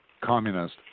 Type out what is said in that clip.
communist